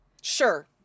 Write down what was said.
Sure